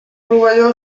rovelló